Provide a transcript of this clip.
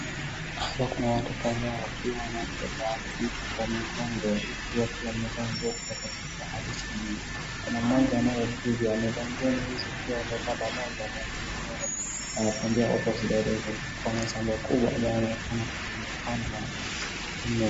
Hapa kuna watu kadhaa wakiwa wanabeba kitu kwa mgongo wakiwa wamevaa nguo kutoka kichwa hadi chini. Kuna mmoja anayekuja amevaa nguo nyeuzi pia amevaa pamoja lakini wana wanatembea opposite direction. Kuna shamba kubwa ambalo linaonekana limepandwa.